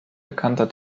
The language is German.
bekannter